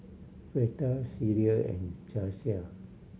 Fleta Celia and Jasiah